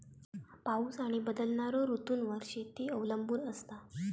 पाऊस आणि बदलणारो ऋतूंवर शेती अवलंबून असता